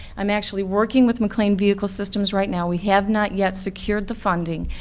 i'm actually working with maclean vehicle systems right now, we have not yet secured the funding,